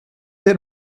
der